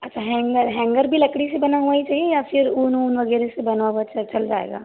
अच्छा hanger hanger भी लकड़ी से बना हुआ ही चाहिए या फिर ऊन वुन वगैरह से बना हुआ चल जाएगा